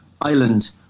island